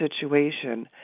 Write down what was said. situation